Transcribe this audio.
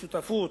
שותפות,